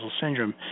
syndrome